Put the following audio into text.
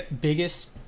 biggest